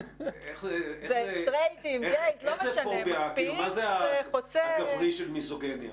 מה זה הגברי של מיזוגניה?